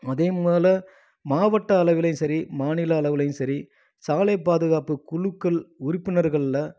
அதையும் மேல் மாவட்ட அளவுலேயும் சரி மாநில அளவுலேயும் சரி சாலை பாதுகாப்பு குழுக்கள் உறுப்பினர்களில்